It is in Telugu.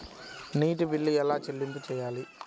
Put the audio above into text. నీటి బిల్లు ఎలా చెల్లింపు చేయాలి?